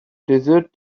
desert